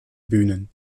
bühnen